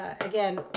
again